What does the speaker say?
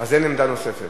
אז אין עמדה נוספת.